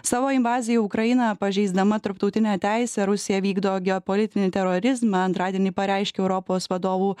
savo invazija į ukrainą pažeisdama tarptautinę teisę rusija vykdo geopolitinį terorizmą antradienį pareiškė europos vadovų